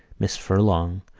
miss furlong,